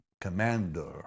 commander